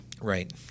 Right